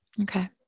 Okay